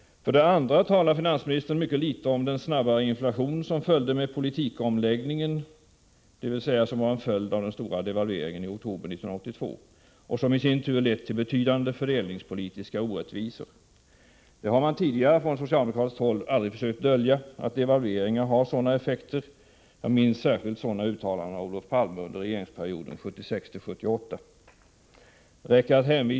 För det andra talar finansministern mycket litet om den snabba inflation som följde med politikomläggningen — som alltså var en följd av den stora devalveringen i oktober 1982 och som i sin tur lett till betydande fördelningspolitiska orättvisor. Från socialdemokratisk sida har man aldrig tidigare försökt dölja att devalveringar har sådana effekter. Jag minns särskilt uttalanden av Olof Palme under regeringsperioden 1976-1978.